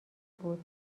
بود